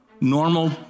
Normal